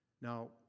Now